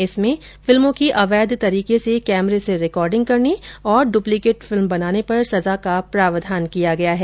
इसमें फिल्मों की अवैध तरीके से कैमरे से रिकॉर्डिंग करने और डुप्लीकेट फिल्म बनाने पर सजा का प्रावधान किया गया है